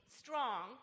strong